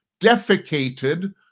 defecated